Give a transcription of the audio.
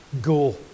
go